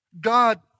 God